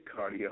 cardio